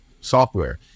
software